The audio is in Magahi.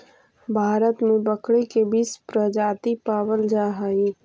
भारत में बकरी के बीस प्रजाति पावल जा हइ